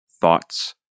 thoughts